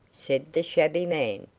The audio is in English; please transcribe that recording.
said the shabby man.